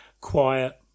Quiet